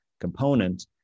component